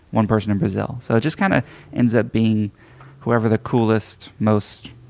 one person in brazil. so it just kind of ends up being whoever the coolest, most